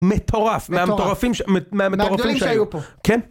מטורף! מהמטורפים שהיו פה! מהגדולים שהיו פה! כן!